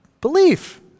Belief